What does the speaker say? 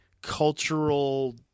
cultural